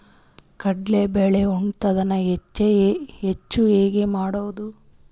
ಕಡಲಿ ಬೇಳೆ ಉತ್ಪಾದನ ಹೆಚ್ಚು ಹೆಂಗ ಮಾಡೊದು?